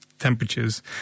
Temperatures